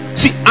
see